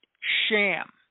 sham